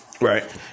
Right